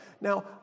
Now